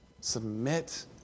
submit